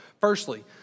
Firstly